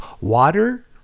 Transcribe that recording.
water